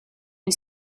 une